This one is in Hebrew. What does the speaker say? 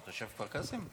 אתה תושב כפר קאסם?